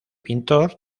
pintor